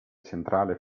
centrale